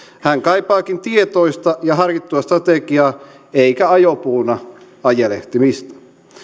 hän kaipaakin tietoista ja harkittua strategiaa eikä ajopuuna ajelehtimista